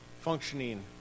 functioning